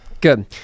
good